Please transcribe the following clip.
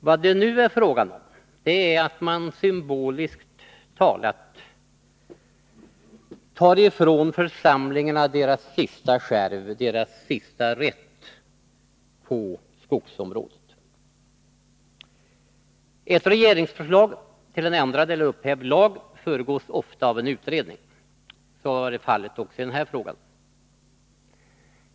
Vad det nu är fråga om är att symboliskt talat ta ifrån församlingarna deras sista skärv, deras sista rätt på skogsområdet. Ett regeringsförslag om en ändrad eller upphävd lag föregås ofta av en utredning. Så har varit fallet också i den här frågan.